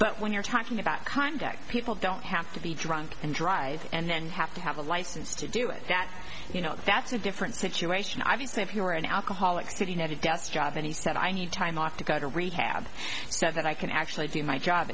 but when you're talking about conduct people don't have to be drunk and drive and have to have a license to do it that you know that's a different situation obviously if you're an alcoholic sitting at a desk job and he said i need time off to go to rehab so that i can actually do my job